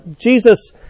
Jesus